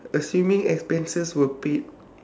assuming expenses were paid